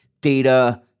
data